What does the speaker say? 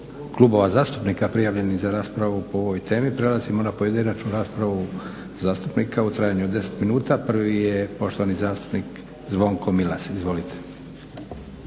klubova zastupnika prijavljenih za raspravu po ovoj temi. Prelazimo na pojedinačnu raspravu zastupnika u trajanju od 10 minuta. Prvi je poštovani zastupnik Zvonko Milas. Izvolite.